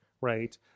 right